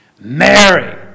Mary